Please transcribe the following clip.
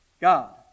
God